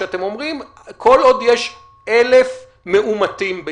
כשאתם אומרים כל עוד יש 1,000 מאומתים.